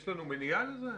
יש לנו מניעה לזה?